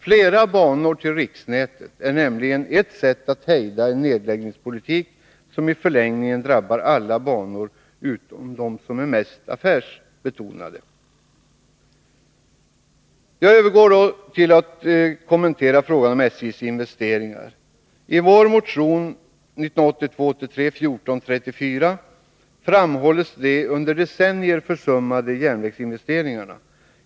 Flera banor till riksnätet är nämligen ett sätt att hejda en nedläggningspolitik som i förlängningen drabbar alla banor utom de mest affärsbetonade. Jag övergår nu till att kommentera frågan om SJ:s investeringar. I vår motion 1982/83:1434 framhålls att järnvägsinvesteringarna under decennier försummats.